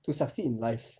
to succeed in life